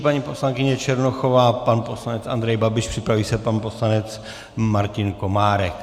Paní poslankyně Černochová ruší, pan poslanec Andrej Babiš, připraví se pan poslanec Martin Komárek.